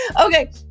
Okay